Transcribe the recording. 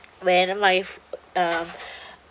when my uh